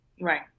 Right